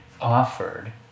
offered